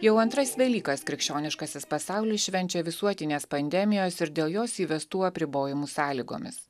jau antras velykas krikščioniškasis pasaulis švenčia visuotinės pandemijos ir dėl jos įvestų apribojimų sąlygomis